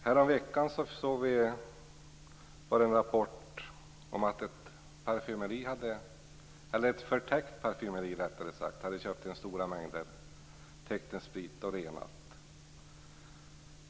Häromveckan rapporterades om en verksamhet med täckmantel som parfymeri, där man köpt in stora mängder teknisk sprit och renat.